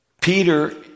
Peter